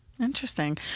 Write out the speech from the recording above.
Interesting